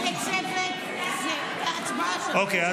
אוקיי.